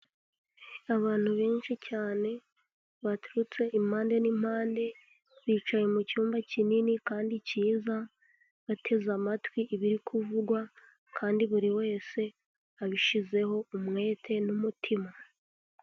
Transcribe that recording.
Abantu benshi cyane baturutse impande n'impande, bicaye mu cyumba kinini kandi cyiza bateze amatwi ibiri kuvugwa kandi buri wese abishyizeho umwete n'umutima.